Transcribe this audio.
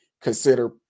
consider